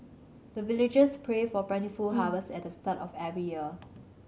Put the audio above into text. the villagers pray for plentiful harvest at the start of every year